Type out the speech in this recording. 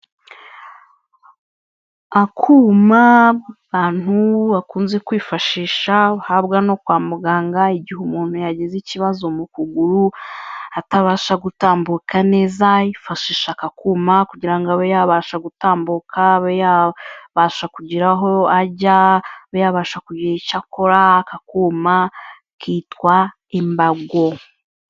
Akuma abantu bakunze kwifashisha uhabwa no kwa muganga igihe umuntu yagize ikibazo mu kuguru atabasha gutambuka neza, yifashisha aka kuma kugira ngo abe yabasha gutambuka, abe yabasha kugira aho ajya, abe yabasha kugira icyo akora. Aka kuma kitwa imbago.